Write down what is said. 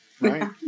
Right